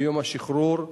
מיום השחרור,